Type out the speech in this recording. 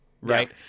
Right